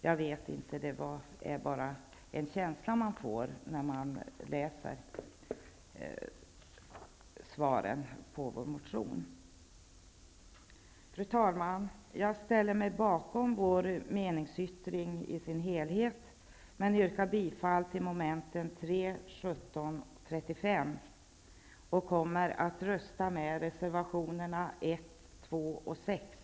Jag vet inte, men detta är en känsla man får när man läser vad utskottet skriver om vår motion. Fru talman! Jag ställer mig bakom vår meningsyttring i dess helhet men yrkar bifall till momenten 3, 17 och 35. Jag kommer att rösta för reservationerna 1, 2 och 6.